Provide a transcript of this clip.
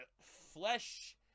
flesh